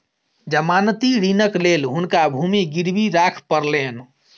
जमानती ऋणक लेल हुनका भूमि गिरवी राख पड़लैन